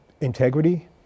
Integrity